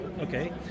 Okay